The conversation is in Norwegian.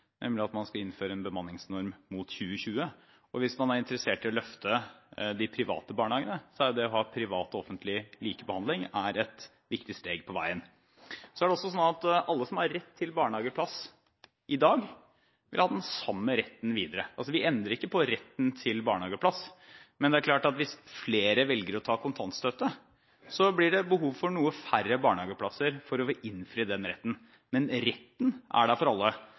nemlig at man skal innføre en bemanningsnorm mot 2020. Hvis man er interessert i å løfte de private barnehagene, er det å ha likebehandling av private og offentlige et viktig steg på veien. Alle som har rett til barnehageplass i dag, vil ha den samme retten videre. Vi endrer ikke på retten til barnehageplass, men hvis flere velger å ta kontantstøtte, blir det behov for noe færre barnehageplasser for å innfri den retten. Men retten er der for alle.